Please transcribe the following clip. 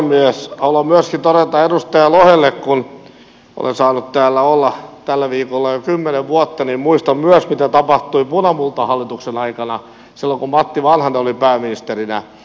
haluan myöskin todeta edustaja lohelle kun olen saanut täällä olla tällä viikolla jo kymmenen vuotta että muistan myös mitä tapahtui punamultahallituksen aikana silloin kun matti vanhanen oli pääministerinä